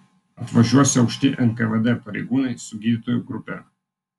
atvažiuosią aukšti nkvd pareigūnai su gydytojų grupe